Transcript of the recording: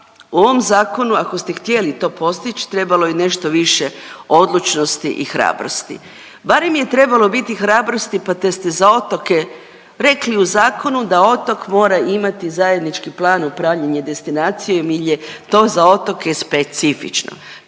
u ovom zakonu ako ste htjeli to postić trebalo je nešto više odlučnosti i hrabrosti. Barem je trebalo biti hrabrosti pa da ste za otoke rekli u zakonu, da otok mora imati zajednički plan upravljanja destinacijom jer je to za otoke specifično.